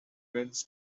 wins